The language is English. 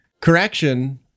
Correction